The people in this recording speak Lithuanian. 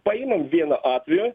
paimam vieną atvejo